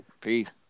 Peace